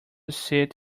sit